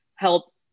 helps